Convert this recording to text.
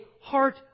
heart